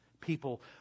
people